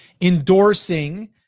endorsing